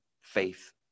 faith